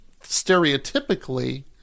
stereotypically